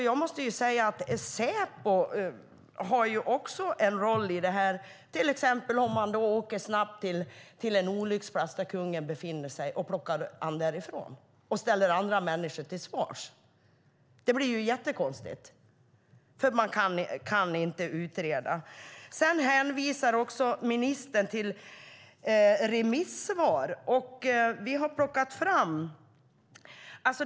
Jag måste säga att Säpo också har en roll i det här, till exempel om man snabbt åker till en olycksplats där kungen befinner sig och plockar med honom därifrån och ställer andra människor till svars. Det blir jättekonstigt, för man kan inte utreda. Sedan hänvisar ministern till remissvar, och vi har plockat fram det.